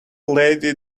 lady